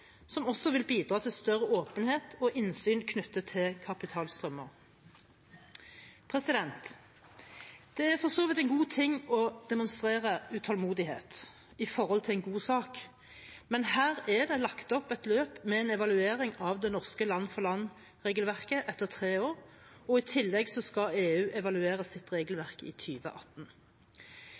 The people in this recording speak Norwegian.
som også vil bidra til større åpenhet og innsyn knyttet til kapitalstrømmer. Det er for så vidt en god ting å demonstrere utålmodighet når det gjelder en god sak, men her er det lagt opp et løp med en evaluering av det norske land-for-land-regelverket etter tre år, og i tillegg skal EU evaluere sitt